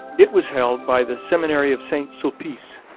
it was held by the seminary of st sulpice,